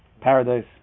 Paradise